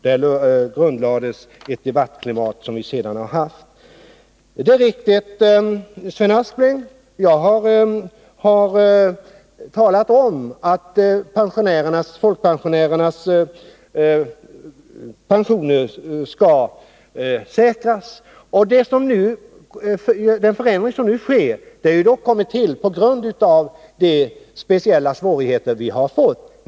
Där grundlades ett debattklimat som vi sedan har haft. Det är riktigt, Sven Aspling, att jag har sagt att folkpensionärernas pensioner skall värdesäkras. Den förändring som nu sker har kommit till på grund av de speciella svårigheter som vi fått.